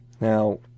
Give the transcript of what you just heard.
Now